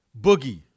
Boogie